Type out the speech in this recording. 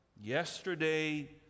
yesterday